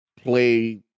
play